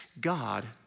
God